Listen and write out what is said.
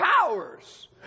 powers